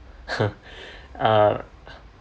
ha uh